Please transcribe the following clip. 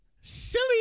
silly